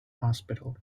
hospital